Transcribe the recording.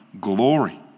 glory